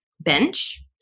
bench